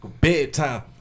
bedtime